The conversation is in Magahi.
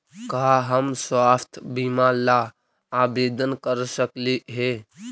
का हम स्वास्थ्य बीमा ला आवेदन कर सकली हे?